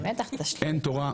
בטח אין תורה,